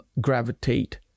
gravitate